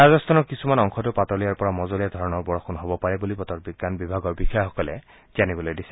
ৰাজস্থানৰ কিছুমান অংশতো পাতলীয়াৰ পৰা মজলীয়া ধৰণৰ বৰষূণ হ'ব পাৰে বুলি বতৰ বিজ্ঞান বিভাগৰ বিষয়াসকলে জানিবলৈ দিছে